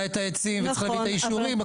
את העצים וצריך להביא את האישורים,